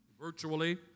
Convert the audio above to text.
virtually